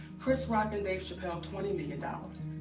chris rock and dave chappelle, twenty million dollars.